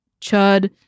Chud